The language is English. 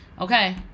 Okay